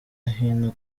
hino